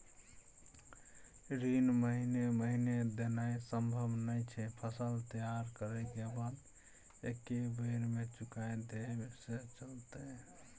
ऋण महीने महीने देनाय सम्भव नय छै, फसल तैयार करै के बाद एक्कै बेर में चुका देब से चलते?